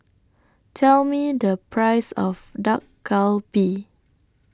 Tell Me The Price of Dak Galbi